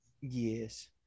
Yes